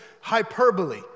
hyperbole